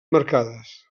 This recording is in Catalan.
marcades